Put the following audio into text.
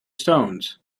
stones